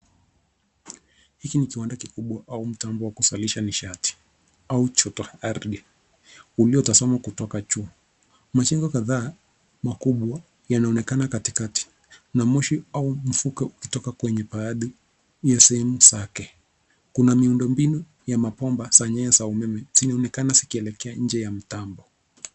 Hiki ni kiwanda kikubwa au mtambo wa kuzalisha nishati au jotoardhi uliotazamwa kutoka juu. Majengo kadhaa makubwa yanaonekana katikati, na moshi au mvuke ukitoka kwenye baadhi ya sehemu zake. Kuna miundombinu ya mabomba za nyaya za umeme zinaonekana zikielekea nje ya mtambo.